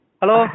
hello